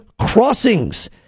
crossings